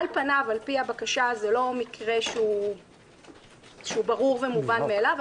על פניו על פי הבקשה זה לא מקרה ברור ומובן מאליו,